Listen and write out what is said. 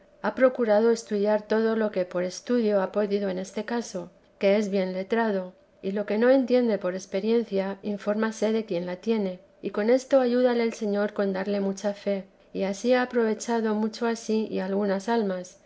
ha procurado estudiar todo lo que por estudio lia podido en este caso que es bien letrado y lo que no entiende por experiencia infórmase de quien la tiene y con esto ayúdale el señor con darle mucha fe y ansí ha aprovechado mucho a sí y algunas almas